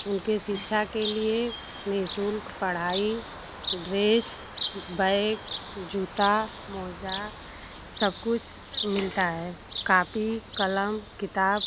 उनके शिक्षा के लिए निःशुल्क पढ़ाई ड्रेस बैग जूता मोजा सब कुछ मिलता है कापी कलम किताब